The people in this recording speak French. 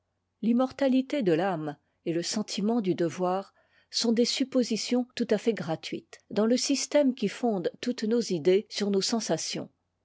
l'immortalité de l'âme et le sentiment du devoir sont des suppositions tout à fait gratuites dans le système qui fonde toutes nos idées sur nos sensations